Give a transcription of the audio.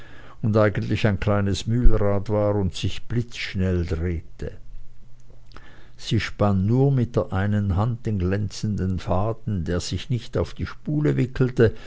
und eigentlich ein kleines mühlrad war und sich blitzschnell drehte sie spann nur mit der einen hand den glänzenden faden der sich nicht auf die spule wickelte